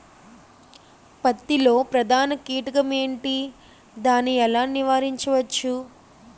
పత్తి లో ప్రధాన కీటకం ఎంటి? దాని ఎలా నీవారించచ్చు?